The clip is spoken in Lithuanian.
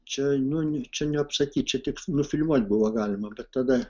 čia nu čia neapsakyt čia tik nufilmuoti buvo galima bet tada